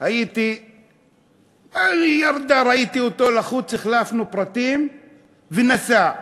ראיתי אותו לחוץ, החלפנו פרטים והוא נסע.